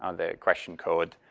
um the question code.